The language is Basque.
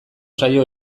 zaio